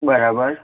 બરાબર